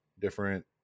different